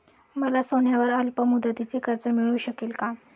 मला सोन्यावर अल्पमुदतीचे कर्ज मिळू शकेल का?